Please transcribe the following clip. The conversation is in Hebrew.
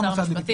-- יש שני סוגי